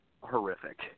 horrific